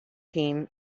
team